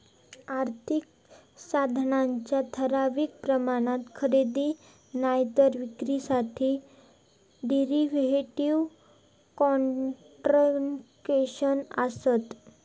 आर्थिक साधनांच्या ठराविक प्रमाणात खरेदी नायतर विक्रीसाठी डेरीव्हेटिव कॉन्ट्रॅक्टस् आसत